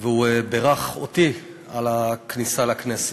והוא בירך אותי על הכניסה לכנסת,